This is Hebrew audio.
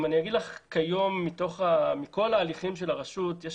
כיום מכל ההליכים של הרשות יש